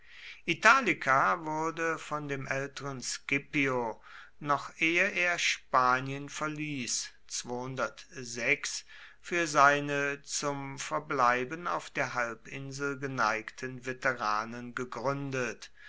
italica wurde von dem älteren scipio noch ehe er spanien verließ für seine zum verbleiben auf der halbinsel geneigten veteranen gegründet